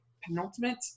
penultimate